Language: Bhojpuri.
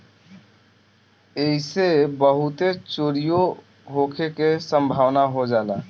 ऐइसे बहुते चोरीओ होखे के सम्भावना हो जाला